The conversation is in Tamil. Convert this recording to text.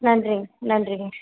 நன்றிங்க நன்றிங்க